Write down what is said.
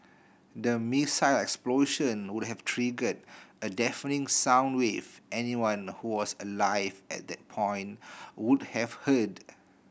the missile explosion would have triggered a deafening sound wave anyone who was alive at that point would have heard